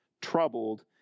troubled